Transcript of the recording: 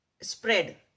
spread